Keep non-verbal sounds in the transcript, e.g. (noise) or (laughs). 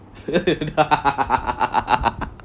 (laughs)